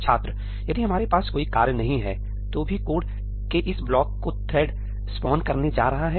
छात्र यदि हमारे पास कोई कार्य नहीं है तो भी कोडके इस ब्लॉक को थ्रेड स्पान करने जा रहा है